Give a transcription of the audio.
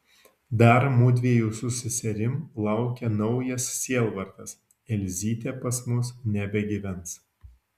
dar mudviejų su seserim laukia naujas sielvartas elzytė pas mus nebegyvens